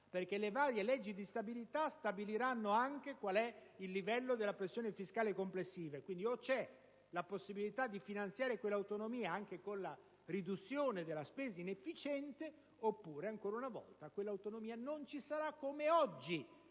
perché le varie leggi di stabilità stabiliranno anche qual è il livello della pressione fiscale complessiva. Quindi, o c'è la possibilità di finanziare quell'autonomia anche con la riduzione della spesa inefficiente oppure, ancora una volta, quell'autonomia non ci sarà, come oggi,